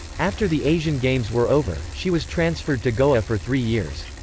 after the asian games were over, she was transferred to goa for three years.